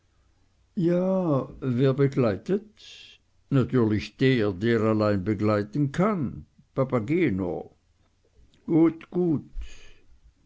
ja wer begleitet natürlich der der allein begleiten kann papageno gut gut